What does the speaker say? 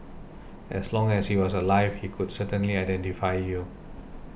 as long as he was alive he could certainly identify you